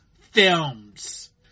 films